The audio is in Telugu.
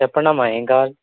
చెప్పండమ్మా ఏమి కావాలి